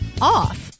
off